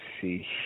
see